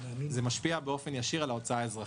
זה משפיע באופן ישיר על ההוצאה האזרחית.